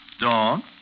Dawn